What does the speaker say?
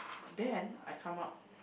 then I come out